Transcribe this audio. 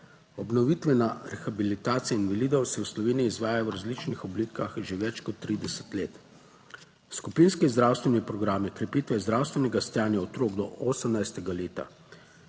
Obnovitvena rehabilitacija invalidov se v Sloveniji izvaja v različnih oblikah že več kot 30 let. Skupinske zdravstveni programi krepitve zdravstvenega stanja otrok do 18. leta,